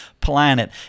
planet